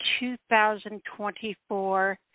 2024